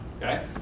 okay